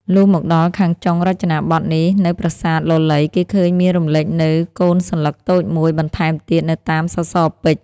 លុះមកដល់ខាងចុងរចនាបថនេះនៅប្រាសាទលលៃគេឃើញមានរំលេចនូវកូនសន្លឹកតូចមួយបន្ថែមទៀតនៅតាមសសរពេជ្រ។